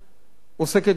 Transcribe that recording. עוסקת בהערכה,